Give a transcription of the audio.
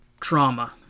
trauma